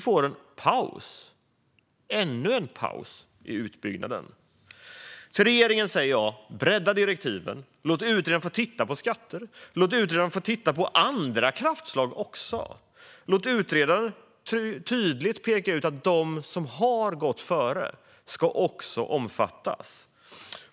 Därmed får vi ännu en paus i utbyggnaden. Till regeringen säger jag: Bredda direktiven, låt utredaren få titta på skatter, låt utredaren få titta också på andra kraftslag och låt utredaren tydligt peka ut att de som har gått före också ska omfattas!